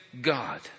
God